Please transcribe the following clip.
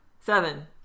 seven